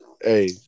Hey